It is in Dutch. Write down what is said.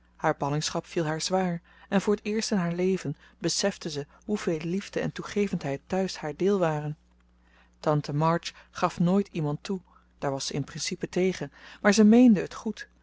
haar ballingschap viel haar zwaar en voor t eerst in haar leven besefte ze hoeveel liefde en toegevendheid thuis haar deel waren tante march gaf nooit iemand toe daar was ze in principe tegen maar ze meende het goed